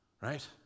right